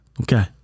Okay